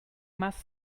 must